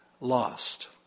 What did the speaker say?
lost